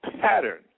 pattern